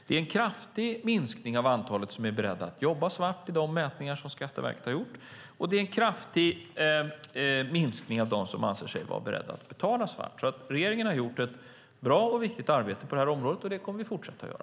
Det är en kraftig minskning av antalet som är beredda att jobba svart enligt de mätningar som Skatteverket har gjort, och det är en kraftig minskning av dem som anser sig vara beredda att betala svart. Regeringen har gjort ett bra och viktigt arbete på det här området, och det kommer vi att fortsätta att göra.